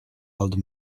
old